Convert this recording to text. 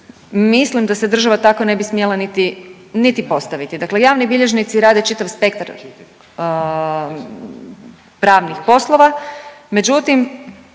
Mislim da se država tako ne bi smjela niti postaviti. Dakle, javni bilježnici rade čitav spektar pravnih poslova, međutim